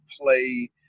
play